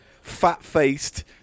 fat-faced